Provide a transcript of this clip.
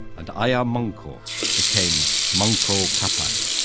and ayar manco became manco capac,